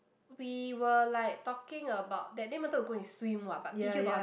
we were like talking about that day wanted to go and swim what but P_Q got heart